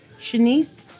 Shanice